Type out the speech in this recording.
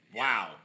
wow